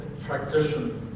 practitioner